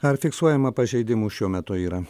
ar fiksuojama pažeidimų šiuo metu yra